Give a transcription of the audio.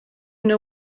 know